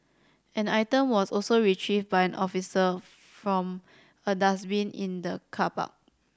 an item was also retrieved by an officer from a dustbin in the car park